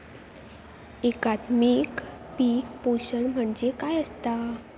एकात्मिक पीक पोषण म्हणजे काय असतां?